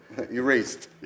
erased